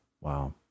Wow